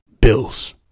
Bills